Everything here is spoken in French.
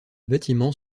bâtiments